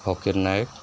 Fakir Nayak